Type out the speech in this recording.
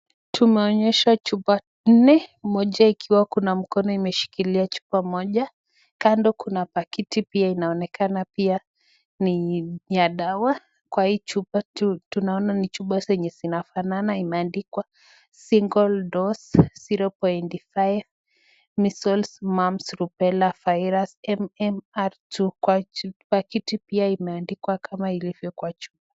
Tumeonyeshwa chupa nne ,Moja ikiwa Kuna mkono imeshikilia chupa moja, kando pia kunaonekana pia Kuna pakiti inayoonekana ni ya dawa Kwa hii chupa tunaona ni chupa zinazofanana imeandikwa single dose 0.5, measles, mumps, probela virus MnR Kwa pakiti pia imeandikwa kama ilivyo andikwa Kwa chupa